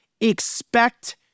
expect